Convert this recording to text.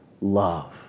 love